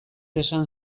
esan